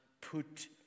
put